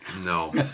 no